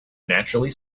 naturally